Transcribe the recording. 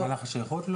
על מהלך השייכות?